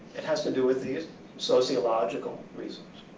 it has to do with the sociological reasons.